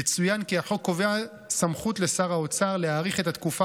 יצוין כי החוק קובע סמכות לשר האוצר להאריך את התקופה